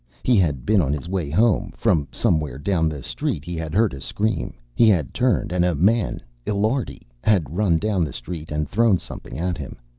he had been on his way home. from somewhere down the street he had heard a scream. he had turned, and a man illiardi had run down the street and thrown something at him.